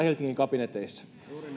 helsingin kabineteissa nämä